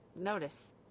Notice